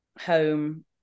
home